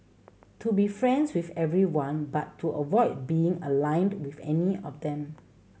to be friends with everyone but to avoid being aligned with any of them